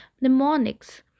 mnemonics